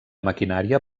maquinària